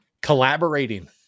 collaborating